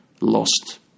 lost